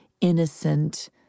innocent